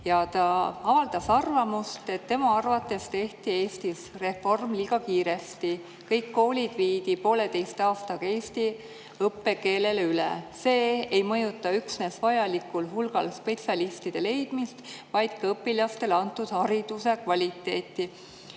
Ta avaldas arvamust, et tema arvates tehti Eestis reformi liiga kiiresti, kõik koolid viidi poolteise aastaga eesti õppekeelele üle. See ei mõjuta üksnes seda, [kas on võimalik] vajalikul hulgal spetsialiste leida, vaid ka õpilastele antud hariduse kvaliteeti.